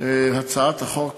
הצעת החוק